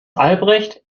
albrecht